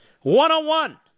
One-on-one